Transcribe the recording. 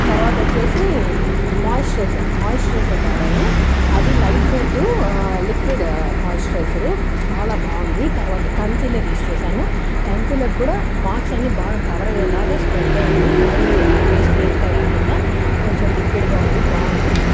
తర్వాత వచ్చేసి moisturiser moisturiser వాడాను అది లైట్ వెయిట్ లిక్విడ్ మాయిశ్చరైసరు చాలా బాగుంది తర్వాత కన్సీలర్ యూజ్ చేశాను కన్సీలర్ కూడా మార్క్స్ అన్ని బాగా కవర్ అయ్యేలాగా స్ప్రెడ్ అయింది మరీ పేస్ట్ పేస్ట్గా లేకుండా కొంచెం లిక్విడ్గా ఉంది బాగుంది